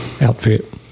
outfit